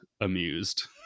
amused